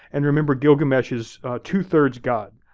and remember, gilgamesh is two-thirds god.